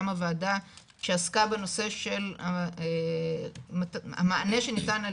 קמה ועדה שעסקה בנושא של המענה שניתן על